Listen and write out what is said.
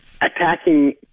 attacking